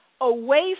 Away